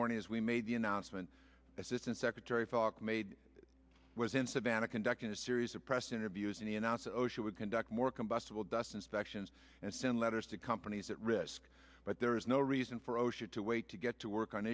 morning as we made the announcement assistant secretary falk made it was in savannah conducting a series of press interviews and he announced osha would conduct more combustible dust inspections and send letters to companies at risk but there is no reason for osha to wait to get to work on